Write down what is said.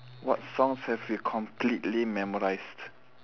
what songs have you completely memorised